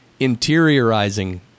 interiorizing